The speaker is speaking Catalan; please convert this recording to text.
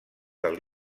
del